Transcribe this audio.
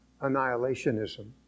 annihilationism